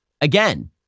again